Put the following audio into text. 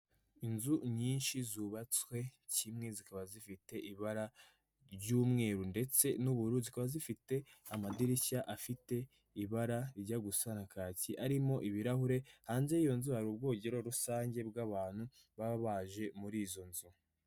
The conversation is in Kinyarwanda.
Inzu nyinshi zubatswe kimwe zikaba zifite ibara, ry'umweru ndetse n'ubururu zikaba zifite, amadirishya afite ibara rijya gusa na kaki arimo ibirahure, hanze y'iyo nzu hari ubwogero rusange bw'abantu baba baje muri izo nzu.